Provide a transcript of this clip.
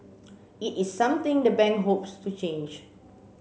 it is something the bank hopes to change